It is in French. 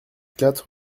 quatre